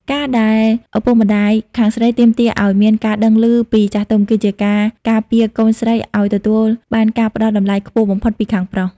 ការដែលឪពុកម្ដាយខាងស្រីទាមទារឱ្យមាន "ការដឹងឮពីចាស់ទុំ" គឺជាការការពារកូនស្រីឱ្យទទួលបានការផ្ដល់តម្លៃខ្ពស់បំផុតពីខាងប្រុស។